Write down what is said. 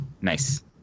Nice